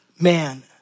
man